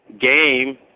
game